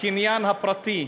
הקניין הפרטי: